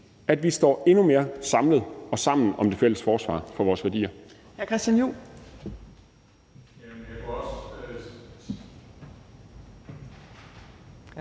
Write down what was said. at vi står endnu mere samlet og sammen om det fælles forsvar for vores værdier.